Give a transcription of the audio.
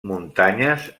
muntanyes